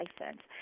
license